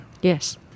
Yes